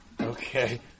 Okay